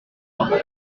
rentrée